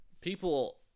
People